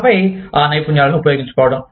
ఆపై ఆ నైపుణ్యాలను ఉపయోగించుకోవడం